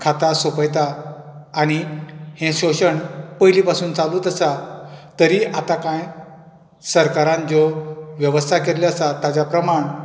खाता सोंपयता आनी हें शोशण पयली पासून चालूच आसा तरी आता कांय सरकारान ज्यो वेवस्था केल्ल्यो आसात ताज्या प्रमाण